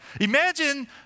imagine